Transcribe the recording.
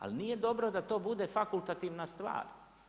Ali nije dobro da to bude fakultativna stvar.